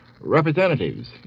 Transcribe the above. representatives